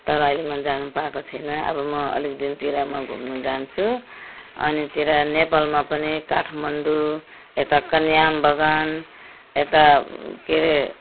तर अहिलेसम्म जानु पाएको छुइनँ अब म अलिक दिनतिर म घुम्नु जान्छु अनि तिर नेपालमा पनि काठमाडौँ यता कन्याम बगान यता के अरे